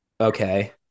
okay